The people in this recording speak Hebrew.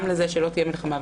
גם לזה שלא תהיה מלחמה.